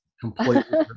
completely